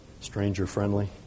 stranger-friendly